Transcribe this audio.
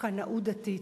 וקנאות דתית.